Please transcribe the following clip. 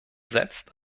setzt